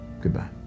Goodbye